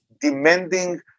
demanding